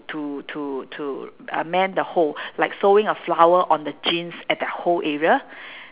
to to to uh mend the hole like sewing a flower on the jeans at the hole area